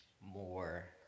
more